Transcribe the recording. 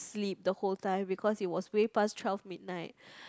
sleep the whole time because it was way pass twelve midnight